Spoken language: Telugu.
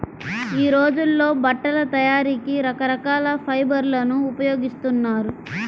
యీ రోజుల్లో బట్టల తయారీకి రకరకాల ఫైబర్లను ఉపయోగిస్తున్నారు